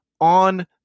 on